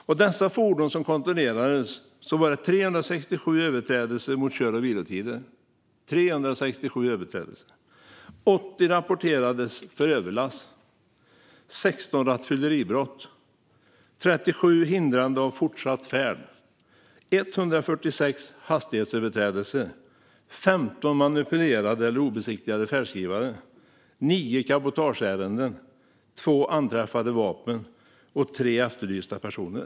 Bland de fordon som kontrollerades konstaterades 367 överträdelser mot kör och vilotider, 80 fall av överlast, 16 rattfylleribrott, 37 fall av hindrande av fortsatt färd, 146 hastighetsöverträdelser, 15 manipulerade eller obesiktigade färdskrivare och 9 cabotageärenden. Dessutom anträffades 2 vapen och 3 efterlysta personer.